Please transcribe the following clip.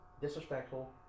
Disrespectful